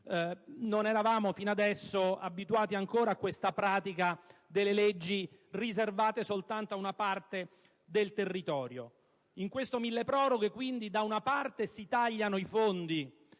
non eravamo ancora abituati alla pratica delle leggi riservate soltanto a una parte del territorio nazionale. In questo milleproroghe, quindi, da una parte si tagliano i fondi